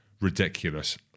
ridiculous